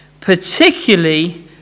particularly